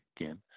again